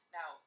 Now